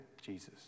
Jesus